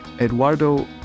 eduardo